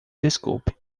desculpe